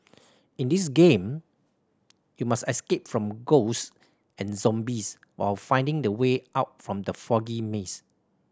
in this game you must escape from ghosts and zombies while finding the way out from the foggy maze